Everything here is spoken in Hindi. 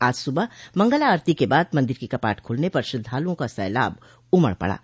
आज सुबह मंगला आरती के बाद मन्दिर के कपाट खुलने पर श्रद्वालुओं का सैलाब उमड़ पड़ा